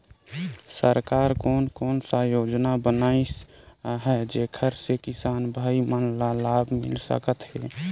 सरकार कोन कोन सा योजना बनिस आहाय जेकर से किसान भाई मन ला लाभ मिल सकथ हे?